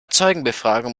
zeugenbefragung